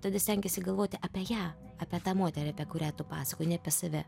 tada stengiesi galvoti apie ją apie tą moterį apie kurią tu pasakoji ne apie save